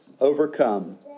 overcome